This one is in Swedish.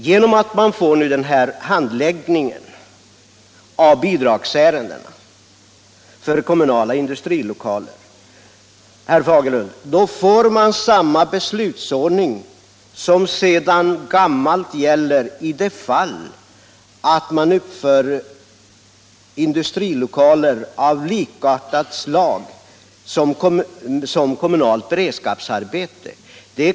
Genom att man får den här handläggningen av bidragsärendena för kommunala industrilokaler, som innebär att regeringen handlägger varje enskilt fall, blir det, herr Fagerlund, samma beslutsordning som sedan gammalt gäller i de fall då industrilokaler uppförs som kommunalt beredskapsarbete.